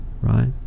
right